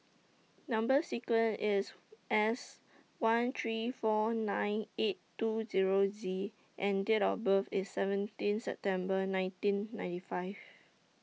Number sequence IS S one three four nine eight two Zero Z and Date of birth IS seventeen September nineteen ninety five